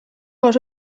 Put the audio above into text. oso